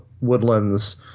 woodlands